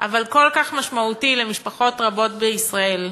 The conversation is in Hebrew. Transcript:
אבל כל כך משמעותי למשפחות רבות בישראל.